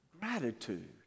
gratitude